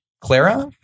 Clara